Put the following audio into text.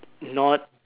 not